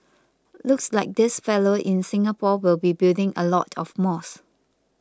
looks like this fellow in Singapore will be building a lot of mosques